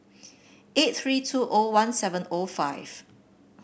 eight three two O one seven O five